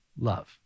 love